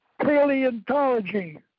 paleontology